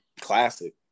Classic